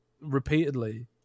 repeatedly